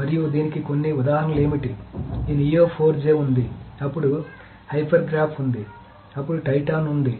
మరియు దీనికి కొన్ని ఉదాహరణలు ఏమిటి ఈ NEO 4J ఉంది అప్పుడు హైపర్ గ్రాఫ్ ఉంది అప్పుడు టైటాన్ ఉంది